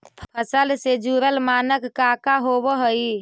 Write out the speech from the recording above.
फसल से जुड़ल मानक का का होव हइ?